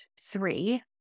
three